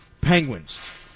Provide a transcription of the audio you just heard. Penguins